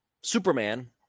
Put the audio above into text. Superman